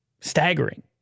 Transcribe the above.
staggering